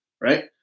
right